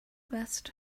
best